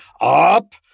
up